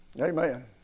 Amen